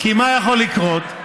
כי מה יכול לקרות?